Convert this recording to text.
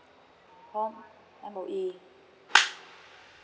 oh M_O_E